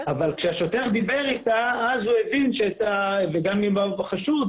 אבל כשהשוטר דיבר איתה וגם עם החשוד,